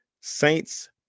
Saints